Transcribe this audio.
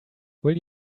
will